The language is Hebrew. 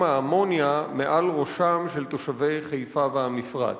האמוניה מעל ראשם של תושבי חיפה והמפרץ?